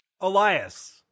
elias